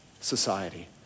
society